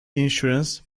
insurance